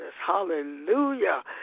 hallelujah